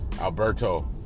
Alberto